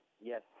Yes